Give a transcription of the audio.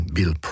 Bill